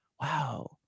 Wow